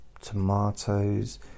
tomatoes